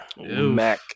Mac